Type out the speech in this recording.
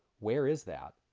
where is that?